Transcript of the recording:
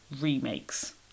remakes